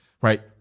right